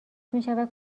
میشود